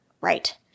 Right